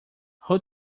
who